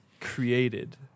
created